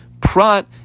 prat